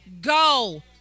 go